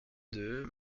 deux